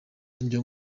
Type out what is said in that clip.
ibyo